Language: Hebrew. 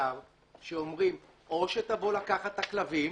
במגזר שאומרים: או שתבוא לקחת את הכלבים